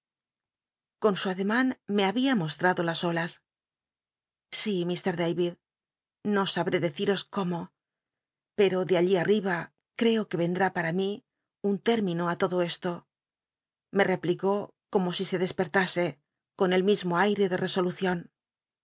con su alieman me había moslratlo las olas sí me dayitl no sabré dcciro cómo pem de allí al'riba creo que y elhini para mi un ténllinu ü todo esto me replicó como si se despertase con el mismo ail'e de